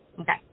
Okay